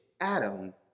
Adam